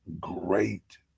great